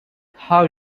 how